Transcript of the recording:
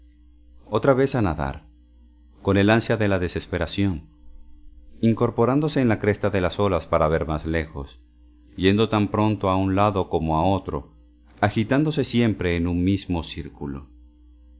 otra vez a nadar con el ansia de la desesperación incorporándose en la cresta de las olas para ver más lejos yendo tan pronto a un lado como a otro agitándose siempre en un mismo círculo